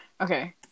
Okay